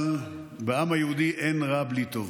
אבל בעם היהודי אין רע בלי טוב,